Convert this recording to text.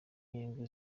inyungu